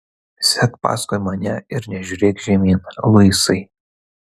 sek paskui mane ir nežiūrėk žemyn luisai